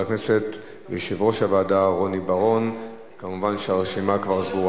אני בטוח שמי שמשכיל